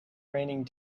raining